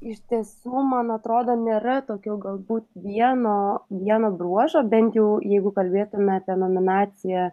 iš tiesų man atrodo nėra tokio galbūt vieno vieno bruožo bent jau jeigu kalbėtumėme apie nominaciją